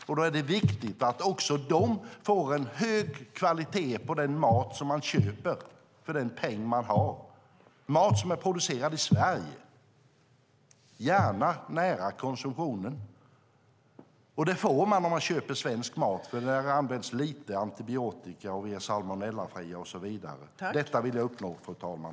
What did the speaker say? Det är viktigt att också de får hög kvalitet på den mat de köper för den peng de har, mat som är producerad i Sverige, gärna nära konsumenten. Och det får man om man köper svensk mat; det används inte så mycket antibiotika, vi är salmonellafria och så vidare. Detta vill jag uppnå, fru talman.